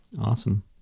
Awesome